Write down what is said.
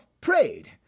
prayed